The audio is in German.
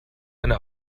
eine